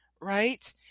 right